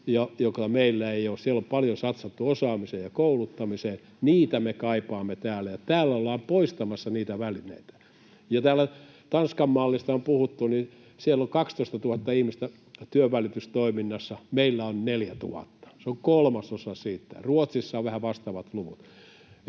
Siellä on paljon satsattu osaamiseen ja kouluttamiseen. Niitä me kaipaamme täällä, ja täällä ollaan poistamassa niitä välineitä. Täällä on Tanskan-mallista puhuttu. Siellä on 12 000 ihmistä työnvälitystoiminnassa, ja meillä on 4 000, se on kolmasosa siitä. Ruotsissa on vähän vastaavat luvut.